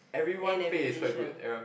aim and revision